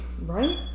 Right